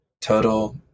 total